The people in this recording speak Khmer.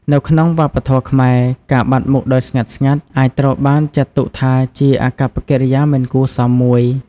នៅក្នុងវប្បធម៌ខ្មែរ ការបាត់មុខដោយស្ងាត់ៗ អាចត្រូវបានចាត់ទុកថាជាអាកប្បកិរិយាមិនគួរសមមួយ។